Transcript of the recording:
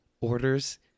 orders